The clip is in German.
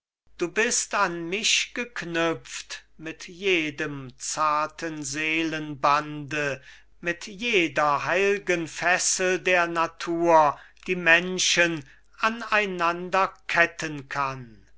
du bist an mich geknüpft mit jedem zarten seelenbande mit jeder heilgen fessel der natur die menschen aneinanderketten kann